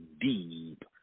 deep